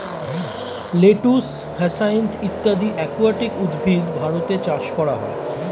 lettuce, hyacinth ইত্যাদি aquatic উদ্ভিদ ভারতে চাষ করা হয়